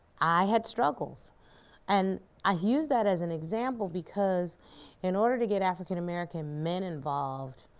i had struggles and i use that as an example because in order to get african-american men involved,